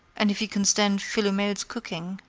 and if you can stand philomel's cooking,